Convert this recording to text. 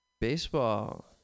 Baseball